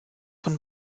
von